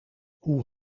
hoe